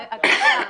זה הגבייה.